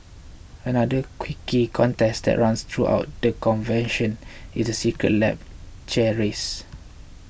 another quirky contest that runs throughout the convention is the Secret Lab chair race